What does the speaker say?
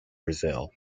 brazil